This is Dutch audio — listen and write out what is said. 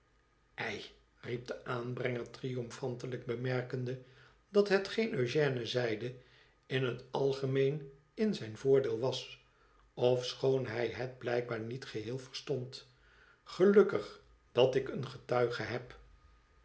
ei riep de aanbrenger triomfantelijk bemerkende dat hetgeen eugène zeide in het algemeen in zijn voordeel was ofschoon hij het blijkbaar niet geheel verstond gelukkig dat ik een getuige heb